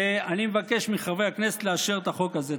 ואני מבקש מחברי הכנסת לאשר את החוק הזה.